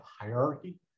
hierarchy